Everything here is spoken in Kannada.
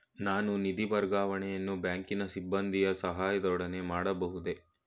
ನಾನು ನಿಧಿ ವರ್ಗಾವಣೆಯನ್ನು ಬ್ಯಾಂಕಿನ ಸಿಬ್ಬಂದಿಯ ಸಹಾಯದೊಡನೆ ಮಾಡಬಹುದೇ?